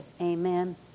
Amen